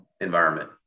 environment